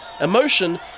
emotion